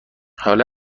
حالا